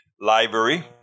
library